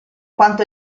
quanto